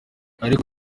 ariko